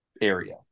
area